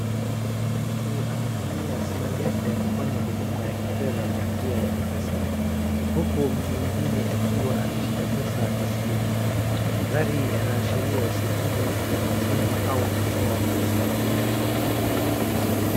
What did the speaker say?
Mtu anatumia simu janja kufanya huduma ya kifedha kwa njia ya mpesa, huku mtu mwingine akiwa ameshika pesa taslimu. Mandhari yanaashiria shughuli za kutuma au kutoa pesa.